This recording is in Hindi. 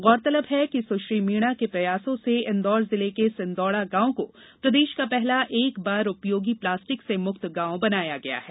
गौरतलब है कि सुश्री मीणा के प्रयासों से इंदौर जिले के सिंदौड़ा गांव को प्रदेष का पहला एक बार उपयोगी प्लास्टिक से मुक्त गांव बनाया गया है